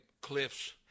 Cliff's